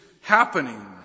happening